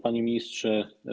Panie Ministrze!